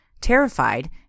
Terrified